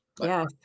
Yes